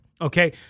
okay